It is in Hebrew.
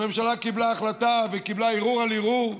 הממשלה קיבלה החלטה וקיבלה ערעור על ערעור,